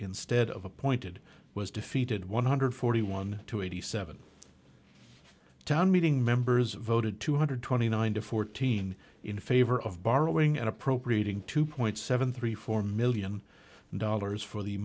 instead of appointed was defeated one hundred forty one to eighty seven town meeting members voted two hundred twenty nine to fourteen in favor of borrowing and appropriating two point seven three four million dollars for the